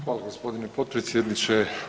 Hvala gospodine potpredsjedniče.